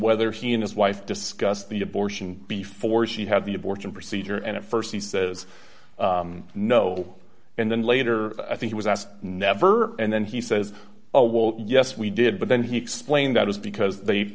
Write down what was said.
whether he and his wife discussed the abortion before she had the abortion procedure and at st he says no and then later i think he was asked never and then he says oh well yes we did but then he explained that was because they